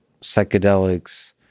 psychedelics